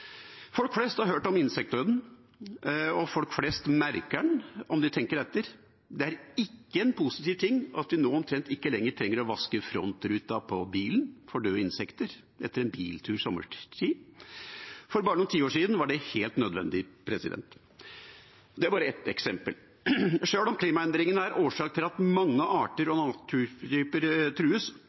Folk flest har hørt om insektdøden, og folk flest merker den om de tenker etter. Det er ikke en positiv ting at vi nå omtrent ikke lenger trenger å vaske frontruta på bilen for døde insekter etter en biltur sommerstid. For bare noen tiår siden var det helt nødvendig. Det var ett eksempel. Sjøl om klimaendringene er årsak til at mange arter og naturtyper trues,